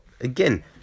again